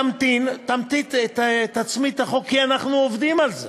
תמתין, תצמיד את החוק, כי אנחנו עובדים על זה.